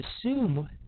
assume